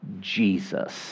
Jesus